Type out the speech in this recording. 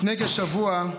לפני כשבוע,